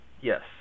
Yes